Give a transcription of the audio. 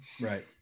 Right